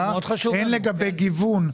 הן לגבי גיוון,